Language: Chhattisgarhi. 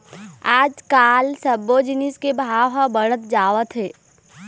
आजकाल सब्बो जिनिस के भाव ह बाढ़त जावत हे